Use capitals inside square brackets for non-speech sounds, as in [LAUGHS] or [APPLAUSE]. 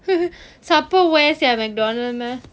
[LAUGHS] supper where sia Mcdonald meh